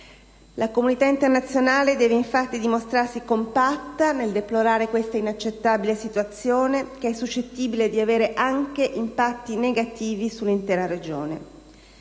La comunità internazionale deve infatti dimostrarsi compatta nel deplorare questa inaccettabile situazione, che è suscettibile di avere impatti negativi sull'intera regione.